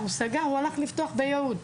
הוא סגר והלך לפתוח ביהוד.